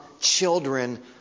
children